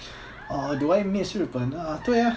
uh do I miss 日本 uh 对啊